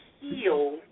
heal